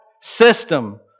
system